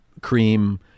cream